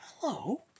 Hello